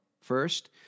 First